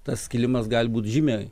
tas skilimas gali būti žymiai